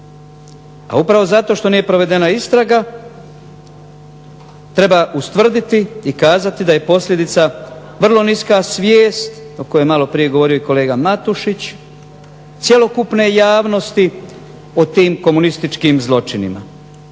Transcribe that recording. A upravo zato što nije provedena istraga treba ustvrditi i kazati da je posljedica vrlo niska svijest o kojoj je malo prije govorio kolega Matušić, cjelokupne javnosti o tim komunističkim zločinima.